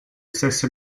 stesse